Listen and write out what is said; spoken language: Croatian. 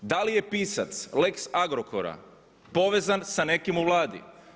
Da li je pisac Lex Agrokora povezan sa nekim u Vladi?